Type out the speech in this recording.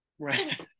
Right